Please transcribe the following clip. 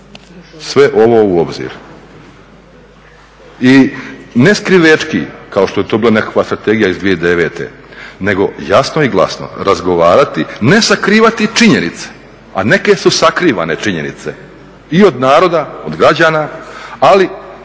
sve ovo u obzir. I ne skrivećki kao što je to bila nekakva Strategija iz 2009. nego jasno i glasno razgovarati, ne sakrivati činjenice a neke su sakrivane činjenice i od naroda, od građana, ali